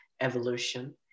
evolution